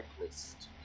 list